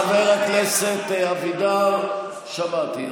חבר הכנסת אבידר, שמעתי.